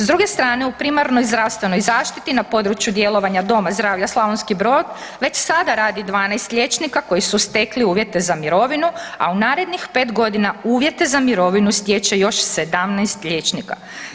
S druge strane, u primarnoj zdravstvenoj zaštiti na području djelovanja Doma zdravlja Slavonski Brod, već sada radi 12 liječnika koji su stekli uvjete za mirovinu a u narednih 5 g. uvjete za mirovinu stječe još 17 liječnika.